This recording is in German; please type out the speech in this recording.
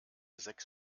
sechs